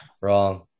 Wrong